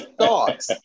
thoughts